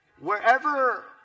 Wherever